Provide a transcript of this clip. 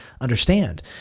understand